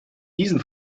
diesen